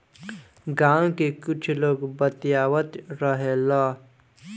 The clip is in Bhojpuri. गाँव के कुछ लोग बतियावत रहेलो